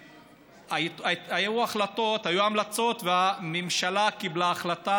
היו החלטות, היו המלצות, והממשלה קיבלה החלטה